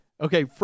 Okay